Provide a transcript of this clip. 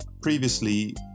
Previously